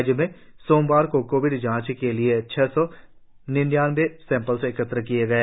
राज्यभर में सोमवार को कोविड जांच के लिए छह सौ निन्यानबे सैंपल एकत्र किए गए